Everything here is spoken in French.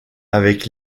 avec